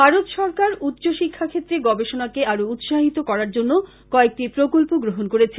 ভারত সরকার উচ্চশিক্ষা ক্ষেত্রে গবেষণাকে আরো উৎসাহিত করার জন্য কয়েকটি প্রকল্প গ্রহণ করেছে